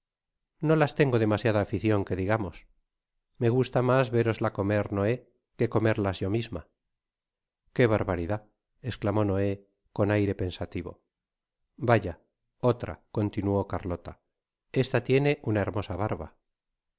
no las tengo demasiada aficion que digamos me gusta mas véroslas comer noé que comerlas yo misma qué barbaridad esclamó noé con aire pensativo vaya otra continuó carlota esta tiene una hermosa barba